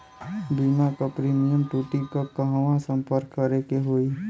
बीमा क प्रीमियम टूटी त कहवा सम्पर्क करें के होई?